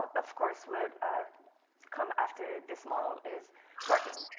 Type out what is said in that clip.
of course would ah come after this model is working.